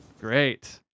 Great